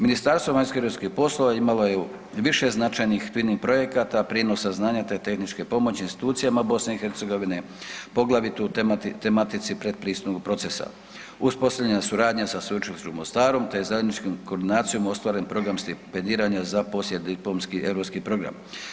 Ministarstvo vanjskih i europskih poslova imalo je više značajnih … [[Govornik se ne razumije]] projekata, prijenosa znanja, te tehničke pomoći institucijama BiH, poglavito u tematici pretpristupnog procesa, uspostavljena je suradnja sa Sveučilištem u Mostaru, te je zajedničkom koordinacijom ostvaren Program stipendiranja za poslijediplomski europski program.